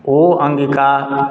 ओ Angika